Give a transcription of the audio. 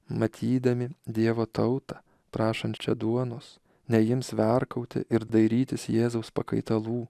matydami dievo tautą prašančią duonos neims verkauti ir dairytis jėzaus pakaitalų